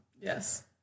Yes